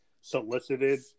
solicited